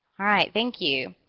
alright thank you!